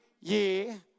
year